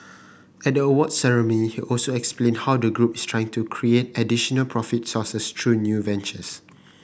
at the awards ceremony he also explained how the group is trying to create additional profit sources through new ventures